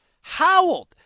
howled